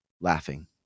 laughing